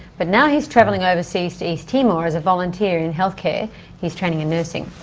but now he is travelling overseas to east timor as a volunteer in healthcare he's training in nursing.